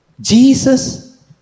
Jesus